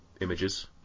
images